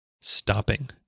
stopping